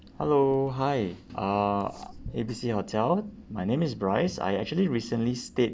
hello hi uh A B C hotel my name is bryce I actually recently stayed